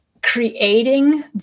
creating